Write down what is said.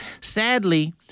Sadly